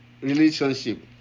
relationship